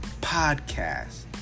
podcast